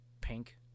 pink